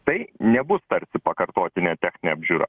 tai nebus tarsi pakartotinė techninė apžiūra